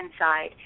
inside